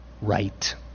right